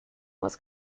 was